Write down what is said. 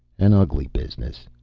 an ugly business.